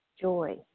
joy